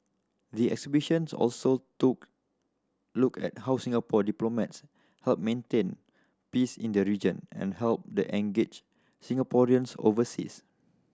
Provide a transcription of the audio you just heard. the exhibitions also took look at how Singapore diplomats help maintain peace in the region and help and engage Singaporeans overseas